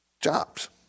jobs